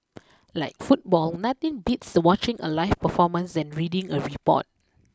like football nothing beats watching a live performance than reading a report